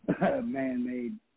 man-made